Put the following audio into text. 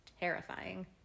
terrifying